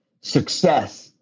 success